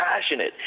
passionate